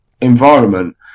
environment